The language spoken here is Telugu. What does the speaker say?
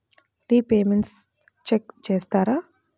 రిపేమెంట్స్ చెక్ చేస్తారా?